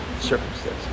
circumstances